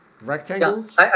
rectangles